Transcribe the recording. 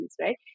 right